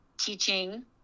teaching